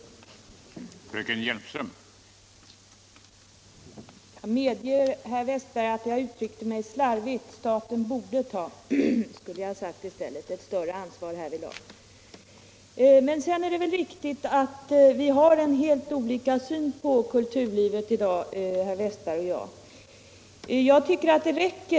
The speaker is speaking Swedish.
Videogram 75 Videogram